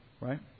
right